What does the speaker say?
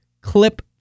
clip